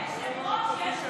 אדוני היושב-ראש, יש רעש.